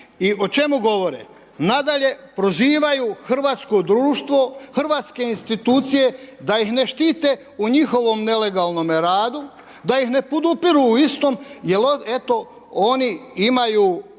I o čemu govore? Nadalje, prozivaju hrvatsko društvo, hrvatske institucije da ih ne štite u njihovom nelegalnome radu, da ih ne podupiru u istom jer on eto,